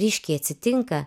ryškiai atsitinka